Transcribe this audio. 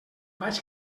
vaig